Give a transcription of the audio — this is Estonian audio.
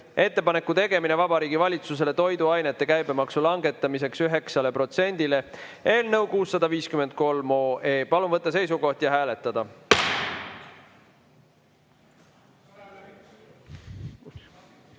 "Ettepaneku tegemine Vabariigi Valitsusele toiduainete käibemaksu langetamiseks 9-le protsendile" eelnõu 653. Palun võtta seisukoht ja hääletada!